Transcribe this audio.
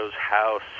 house